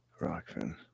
Rockfin